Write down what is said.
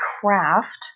craft